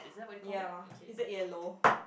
ya is that yellow